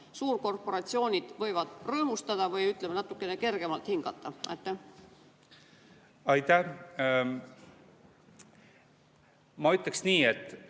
suurkorporatsioonid võivad rõõmustada ja natukene kergemalt hingata? Aitäh! Ma ütleksin nii, et